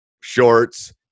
shorts